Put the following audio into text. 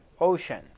ocean